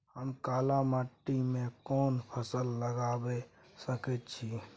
हम काला माटी में कोन फसल लगाबै सकेत छी?